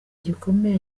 gikomeye